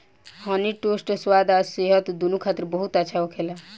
हनी toast स्वाद आ सेहत दूनो खातिर बहुत अच्छा होखेला